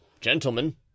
gentlemen